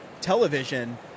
television